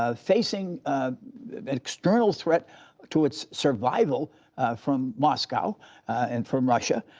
ah facing an external threat to its survival from moscow and from russia,